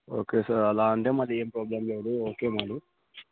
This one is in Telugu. ఓకే సార్ అలా అంటే మరి ఏమి ప్రాబ్లం లేదు ఓకే మరి